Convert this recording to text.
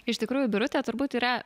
iš tikrųjų birutė turbūt yra